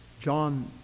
John